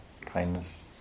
kindness